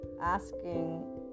asking